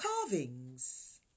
carvings